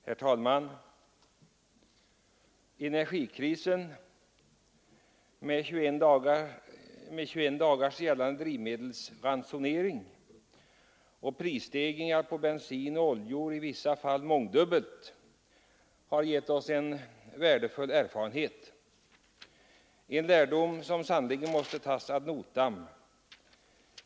Herr talman! Energikrisen med 21 dagars drivmedelsransonering och prisstegringar på bensin och oljor — i vissa fall mångdubbla — har gett oss en värdefull erfarenhet, en lärdom som sannerligen måste tas ad notam.